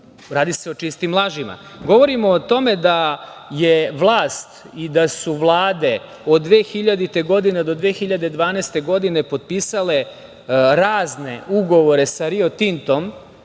radi se o čistim lažima. Govorimo o tome da je vlast i da su vlade od 2000. do 2012. godine potpisale razne ugovore sa Rio Tintom,